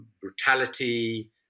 brutality